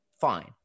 fine